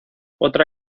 otra